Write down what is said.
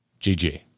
gg